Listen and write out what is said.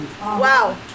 Wow